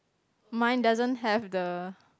mine doesn't have the